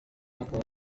akaba